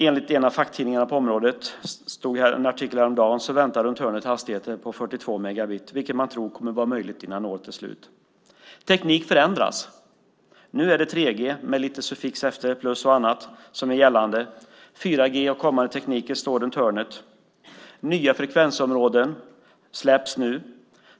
Enligt en av facktidningarna på området - det stod i en artikel häromdagen - väntar runt hörnet hastigheter på 42 megabit, vilket man tror kommer att vara möjligt innan året är slut. Teknik förändras. Nu är det 3 G med lite suffix efter, plus och annat, som är gällande. 4 G och kommande tekniker väntar runt hörnet. Nya frekvensområden släpps nu.